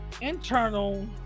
internal